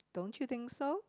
don't you think so